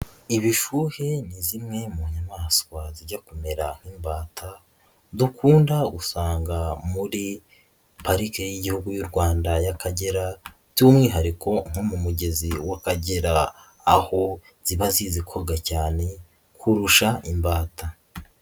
Ibishuhe ni zimwe mu nyamaswa zijya kumera nk'imbata dukunda gusanga muri Parike y'Igihugu y'u Rwanda y'Akagera by'umwihariko nko mu mugezi w'Akagera aho ziba zizi koga cyane kurusha imbata.